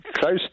Close